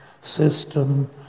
system